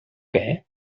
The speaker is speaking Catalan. què